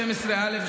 12א,